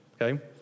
okay